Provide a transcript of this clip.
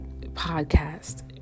podcast